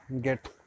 get